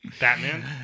Batman